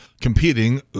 competing